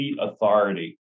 authority